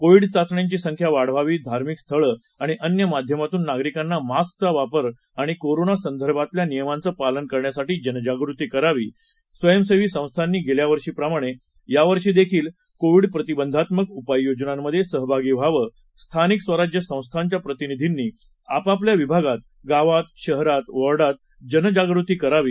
Covid चाचण्यांची संख्या वाढवावी धार्मिक स्थळे आणि अन्य माध्यमातून नागरिकांना मास्कचा वापर आणि कोरोना संदर्भातल्या नियमांचं पालन करण्यासाठी जनजागृती करावी स्वयंसेवी संस्थांनी गेल्या वर्षी प्रमाणे या वर्षी देखील कोविड प्रतिबंधात्मक उपाययोजनामध्ये सहभागी व्हावं स्थानिक स्वराज्य संस्थांच्या प्रतिनिधींनी आपापल्या विभागात गावात शहरात वार्डात जनजागृती करावी